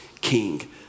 king